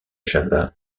java